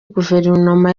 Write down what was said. guverinoma